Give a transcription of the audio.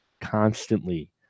constantly